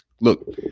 Look